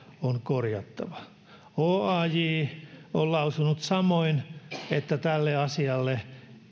on korjattava oaj on lausunut samoin että tälle asialle